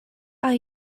are